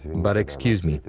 but, excuse me,